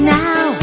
now